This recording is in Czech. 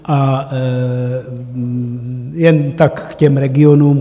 A jen tak k těm regionům.